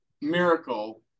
miracle